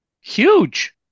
Huge